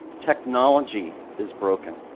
technology is broken.